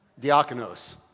Diakonos